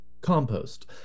compost